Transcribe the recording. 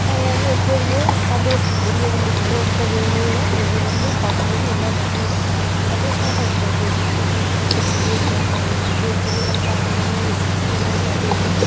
நாங்கள் வந்து எப்போதும் சந்தோஸ் வெளியே வந்து உள்ள இருந்த வேதனையோடய வெளியே வந்து பார்க்கும் போது எல்லா மக்களோடய சந்தோஷமாக தான் இருப்பேன் எப்போதும் சிரிச்சிட்டே இருப்பேன் காமெடி பேசிட்டேருப்பேன் எல்லாரும் பார்க்குறவங்களே இவள் சிரிச்சிட்டே தான் இருக்கா அப்படிம்பாங்க